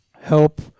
help